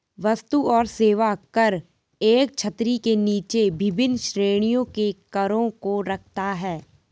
वस्तु और सेवा कर एक छतरी के नीचे विभिन्न श्रेणियों के करों को रखता है